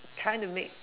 trying to make